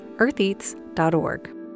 EarthEats.org